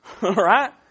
Right